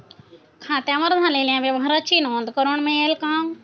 खात्यावर झालेल्या व्यवहाराची नोंद करून मिळेल का?